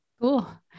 Cool